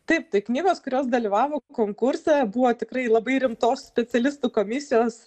taip tai knygos kurios dalyvavo konkurse buvo tikrai labai rimtos specialistų komisijos